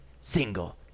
single